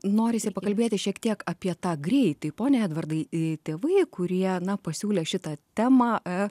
norisi pakalbėti šiek tiek apie tą greitį pone edvardai ei tėvai kurie na pasiūlė šitą temą e